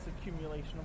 accumulation